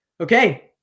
okay